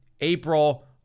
April